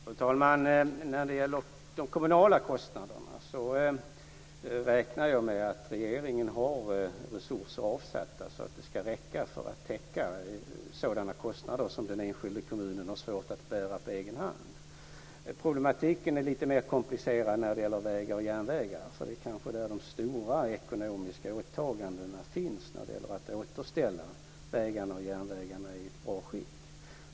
Fru talman! När det gäller de kommunala kostnaderna räknar jag med att regeringen har resurser avsatta som ska räcka till sådana kostnader som den enskilda kommunen har svårt att bära på egen hand. Problematiken är lite mer komplicerad när det gäller vägar och järnvägar, där kanske de stora ekonomiska åtagandena finns när det gäller att återställa vägar och järnvägar i ett bra skick.